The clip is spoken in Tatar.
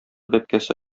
бәбкәсе